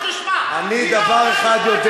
היא מדברת.